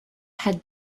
had